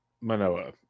Manoa